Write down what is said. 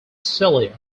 celia